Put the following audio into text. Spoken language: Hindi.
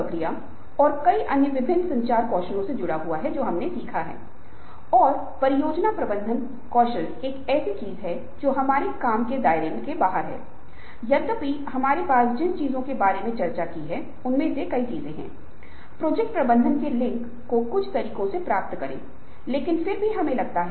प्रेरक तर्क के साथ श्रीकृष्ण ने अर्जुन को अपने कर्तव्यों से अवगत कराया और उन्हें प्रेरित किया श्रीकृष्ण ने उल्लेख किया कि या तो युद्ध में मारे गए तो आप स्वर्ग को प्राप्त करेंगे या विजयी होकर आप पृथ्वी का आनंद लेंगे या तो इस मामले में आप केवल लाभार्थी होंगे